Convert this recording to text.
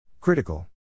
Critical